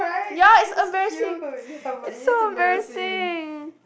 ya it's embarrassing it's so embarrassing